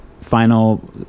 final